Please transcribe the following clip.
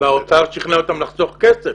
והאוצר שכנע אותם לחסוך כסף.